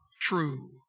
true